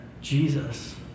Jesus